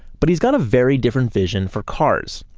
but he's got a very different vision for cars.